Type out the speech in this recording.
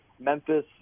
Memphis